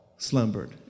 slumbered